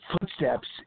Footsteps